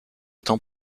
étant